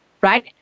right